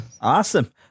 Awesome